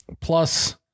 Plus